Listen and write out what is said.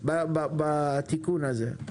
בתיקון הזה.